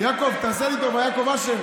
יעקב אשר,